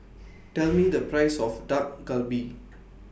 Tell Me The Price of Dak Galbi